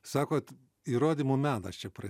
sakot įrodymų menas čia pra